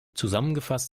zusammengefasst